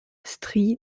street